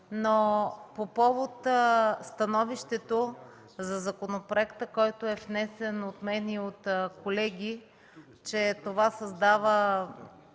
Но по повод становището за законопроекта, който е внесен от мен и от колеги, че това създава